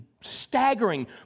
staggering